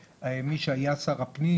הצמצום והקיטוע של שטחים פתוחים,